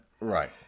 Right